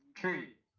two